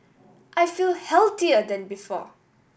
I feel healthier than before